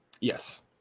Yes